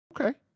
Okay